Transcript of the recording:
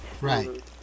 Right